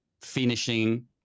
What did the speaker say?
finishing